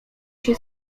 się